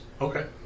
Okay